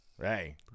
Hey